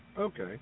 Okay